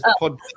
podcast